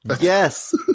yes